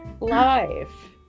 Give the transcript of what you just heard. live